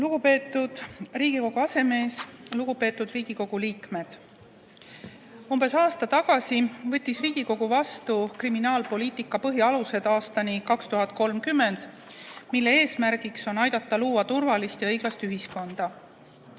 Lugupeetud Riigikogu aseesimees! Lugupeetud Riigikogu liikmed! Umbes aasta tagasi võttis Riigikogu vastu "Kriminaalpoliitika põhialused aastani 2030", mille eesmärk on aidata luua turvalist ja õiglast ühiskonda.